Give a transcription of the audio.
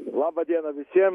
laba diena visiem